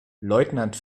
leutnant